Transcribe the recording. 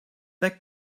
their